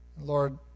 Lord